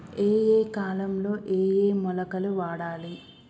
ఏయే కాలంలో ఏయే మొలకలు వాడాలి?